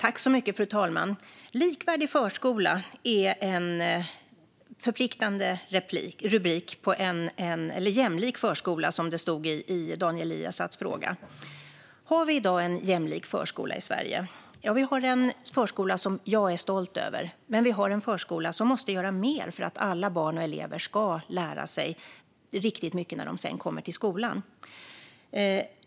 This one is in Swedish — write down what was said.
Fru talman! En jämlik förskola , som det står i Daniel Riazats interpellation, är en förpliktande rubrik. Har vi i dag en jämlik förskola i Sverige? Vi har en förskola som jag är stolt över, men vi har en förskola som måste göra mer för att alla barn och elever ska ha lärt sig riktigt mycket när de sedan kommer till skolan.